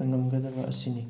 ꯉꯝꯒꯗꯕ ꯑꯁꯤꯅꯤ